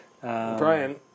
Brian